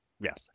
Yes